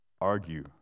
argue